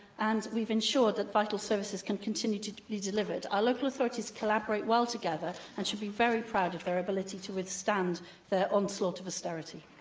and we've ensured that vital services can continue to be delivered. our local authorities collaborate well together and should be very proud of their ability to withstand the onslaught of austerity.